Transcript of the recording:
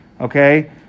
okay